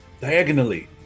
Diagonally